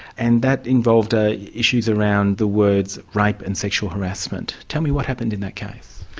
and that involved ah issues around the words rape and sexual harassment. tell me what happened in that case.